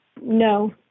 No